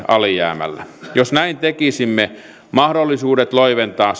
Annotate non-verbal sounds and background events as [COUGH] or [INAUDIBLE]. [UNINTELLIGIBLE] alijäämällä jos näin tekisimme mahdollisuudet loiventaa [UNINTELLIGIBLE]